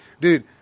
dude